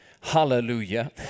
hallelujah